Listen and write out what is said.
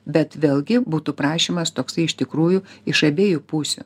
bet vėlgi būtų prašymas toksai iš tikrųjų iš abiejų pusių